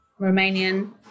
Romanian